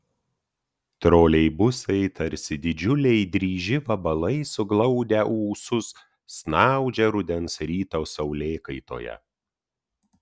troleibusai tarsi didžiuliai dryži vabalai suglaudę ūsus snaudžia rudens ryto saulėkaitoje